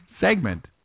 segment